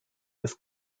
des